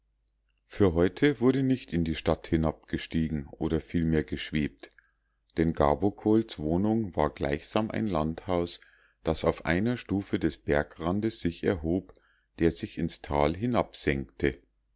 für heute wurde nicht in die stadt hinabgestiegen oder vielmehr geschwebt denn gabokols wohnung war gleichsam ein landhaus das auf einer stufe des bergrandes sich erhob der sich ins tal